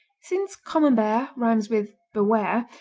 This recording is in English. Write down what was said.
since camembert rhymes with beware,